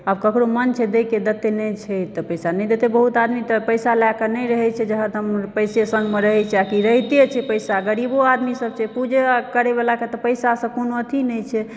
आब ककरो मन छै दएके देतए नहि छै तऽ पैसा नहि देतए बहुत आदमी तऽ पैसा लएके नहि रहए छै जे हरदम पैसे सङ्गमे रहए छै की रहिते छै पैसा गरीबो आदमी सब छै जे पूजा करए वलाके तऽ पैसा से कोनो अथी नहि छै